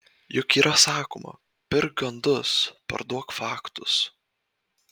juk yra sakoma pirk gandus parduok faktus